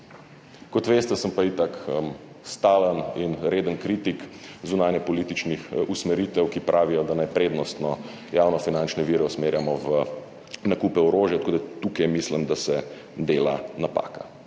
Kot veste, sem pa itak stalen in reden kritik zunanjepolitičnih usmeritev, ki pravijo, da naj prednostno javnofinančne vire usmerjamo v nakupe orožja, tako da tukaj mislim, da se dela napaka.